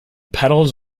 petals